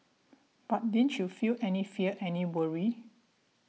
but didn't you feel any fear any worry